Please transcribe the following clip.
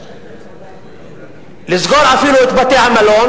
לסגור אפילו את בתי-המלון,